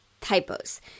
typos